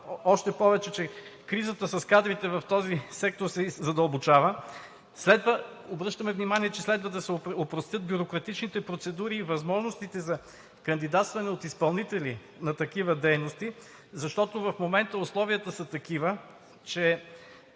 още повече кризата с кадрите в този сектор се задълбочава. Обръщаме внимание, че следва да се опростят бюрократичните процедури и възможностите за кандидатстване от изпълнители на такива дейности, защото в момента условията са такива, че